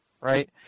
right